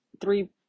three